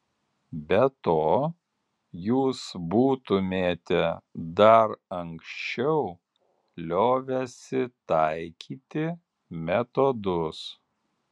be to jūs būtumėte dar anksčiau liovęsi taikyti metodus